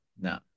No